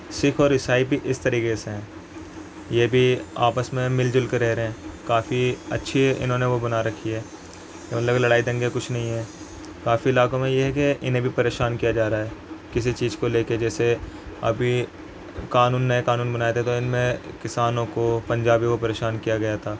سکھ اور عیسائی بھی اس طریقے سے ہیں یہ بھی آپس میں مل جل کے رہ رہے ہیں کافی اچھی انہوں نے وہ بنا رکھی ہے کہ مطلب لڑائی دنگے کچھ نہیں ہیں کافی علاقوں میں یہ ہے کہ انہیں بھی پریشان کیا جا رہا ہے کسی چیز کو لے کے جیسے ابھی قانون نئے قانون بنائے تھے تو ان میں کسانوں کو پنجابیوں کو پریشان کیا گیا تھا